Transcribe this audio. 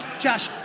josh,